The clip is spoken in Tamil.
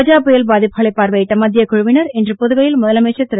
கஜா புயல் பாதிப்புகளை பார்வையிட்ட மத்திய குழுவினர் இன்று புதுவையில் முதலமைச்சர் திரு